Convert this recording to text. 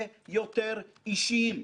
היועצת המשפטית לוועדה,